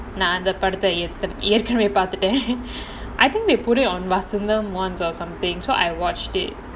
நான் அந்த படத்தை ஏற்கனவே பார்த்துட்டேன்:naan andha padatha erkanavae paarththuttaen I think they put it on vasantham [one] or something so I watched it